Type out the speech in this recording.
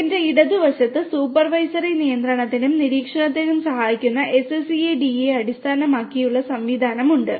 എന്റെ ഇടതുവശത്ത് സൂപ്പർവൈസറി നിയന്ത്രണത്തിനും നിരീക്ഷണത്തിനും സഹായിക്കുന്ന SCADA അടിസ്ഥാനമാക്കിയുള്ള സംവിധാനമുണ്ട്